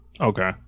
Okay